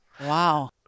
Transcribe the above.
Wow